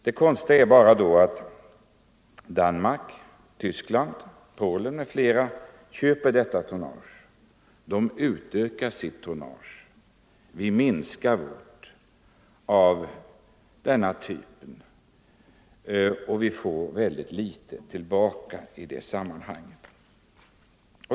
Det konstiga är då bara att Danmark, Tyskland, Polen m.fl. köper detta tonnage. De utökar sitt tonnage, vi minskar vårt tonnage av denna typ, och vi får väldigt litet tillbaka i det sammanhanget.